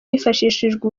hifashishijwe